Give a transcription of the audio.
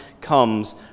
comes